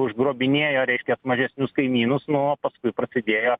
užgrobinėjo reiškias mažesnius kaimynus nu o paskui prasidėjo